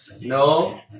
No